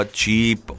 cheap